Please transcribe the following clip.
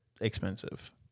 expensive